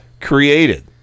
created